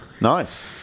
Nice